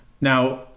Now